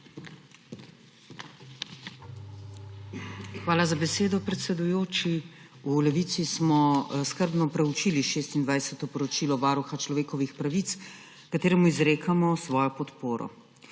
Hvala za besedo, predsedujoči. V Levici smo skrbno proučili 26. poročilo Varuha človekovih pravic, ki mu izrekamo svojo podporo.